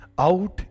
Out